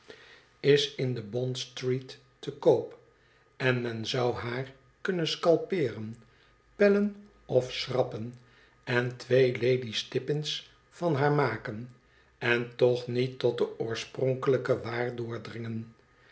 is m de bond-street te koop en men zou haar kunnen scalpeeren pellen of schrappen en twee lady's tippins van haar maken en toch niet tot de oorspronkelijke